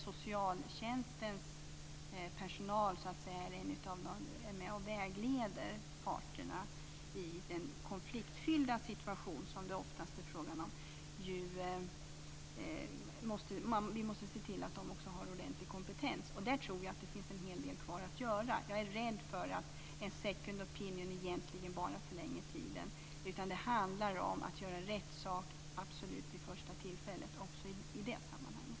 Socialtjänstens personal är med och vägleder parterna i den konfliktfyllda situation som det oftast är fråga om, och vi måste se till att personalen har ordentlig kompetens. Jag tror att det finns en hel del kvar att göra här, och jag är rädd för att en second opinion egentligen bara förlänger tiden. Det handlar om att göra rätt sak vid första tillfället också i det sammanhanget.